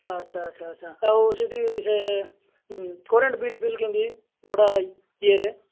ଆଚ୍ଛା ଆଚ୍ଛା ଆଚ୍ଛା ଆଉ ସେଇଠି ସେ କରେଣ୍ଟ୍ ବିଲ୍ ଫିଲ୍ କେମିତି ଭଡ଼ା ଇଏରେ